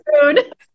food